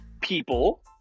people